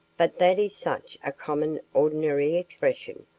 but that is such a common, ordinary expression,